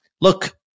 Look